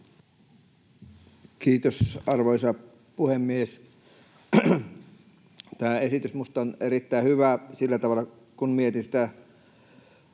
Kiitos, arvoisa puhemies! Tämä esitys on minusta erittäin hyvä sillä tavalla, kun mietin sitä,